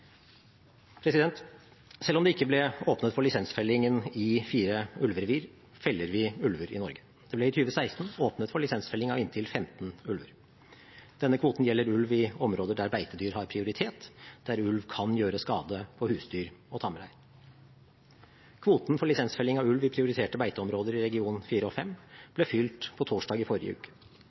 Selv om det ikke ble åpnet for lisensfelling i fire ulverevir, feller vi ulver i Norge. Det ble i 2016 åpnet for lisensfelling av inntil 15 ulver. Denne kvoten gjelder ulv i områder der beitedyr har prioritet, der ulv kan gjøre skade på husdyr og tamrein. Kvoten for lisensfelling av ulv i prioriterte beiteområder i regionene 4 og 5 ble fylt på torsdag i forrige uke.